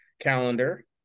calendar